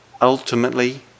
ultimately